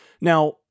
Now